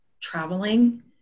traveling